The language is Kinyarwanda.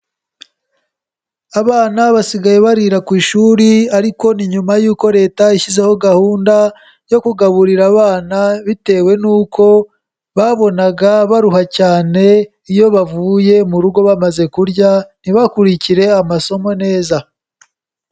Abana basigaye barira ku ishuri, ariko ni nyuma y'uko Leta ishyizeho gahunda, yo kugaburira abana bitewe n'uko, babonaga baruha cyane iyo bavuye mu rugo bamaze kurya, ntibakurikire amasomo neza.